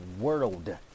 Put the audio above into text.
world